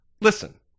Listen